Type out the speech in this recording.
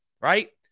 right